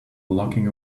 locking